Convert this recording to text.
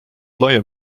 laiem